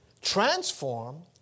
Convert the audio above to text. transform